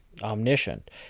omniscient